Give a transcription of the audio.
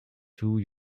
two